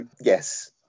yes